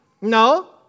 No